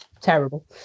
Terrible